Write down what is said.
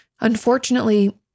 unfortunately